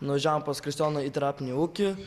nuvažiavom pas kristijoną į terapinį ūkį